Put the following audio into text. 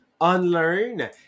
unlearn